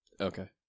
Okay